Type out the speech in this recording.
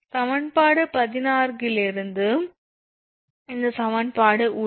சமன்பாடு 16 இலிருந்து இந்த சமன்பாடு உள்ளது